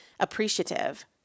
Appreciative